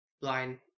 line